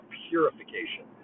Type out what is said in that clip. purification